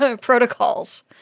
protocols